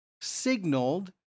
signaled